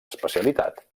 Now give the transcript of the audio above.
especialitat